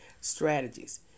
strategies